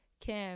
kim